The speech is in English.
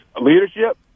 leadership